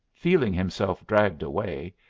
feeling himself dragged away,